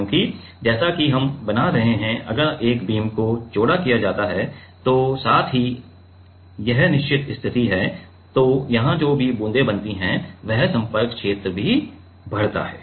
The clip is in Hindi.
क्योंकि जैसा कि हम बना रहे हैं अगर एक बीम को चौड़ा किया जाता है तो साथ ही सुनो यह निश्चित स्थिति है तो यहां जो भी बूंदें बनती हैं वह संपर्क क्षेत्र भी बढ़ता है